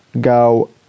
go